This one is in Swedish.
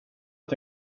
att